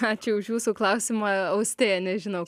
ačiū už jūsų klausimą austėja nežinau